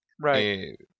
Right